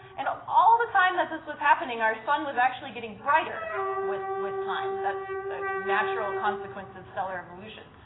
and all all the time that this was happening, our sun was actually getting brighter with with time. that's a natural consequence of stellar evolution.